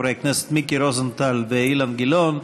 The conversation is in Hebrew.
חברי הכנסת מיקי רוזנטל ואילן גילאון,